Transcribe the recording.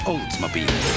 Oldsmobile